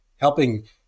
helping